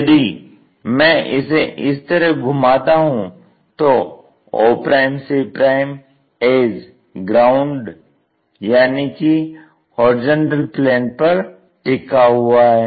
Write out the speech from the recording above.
यदि मैं इसे इस तरह घुमाता हूं तो o c एज ग्राउंड यानी कि HP पर टिका हुआ है